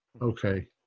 Okay